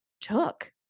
took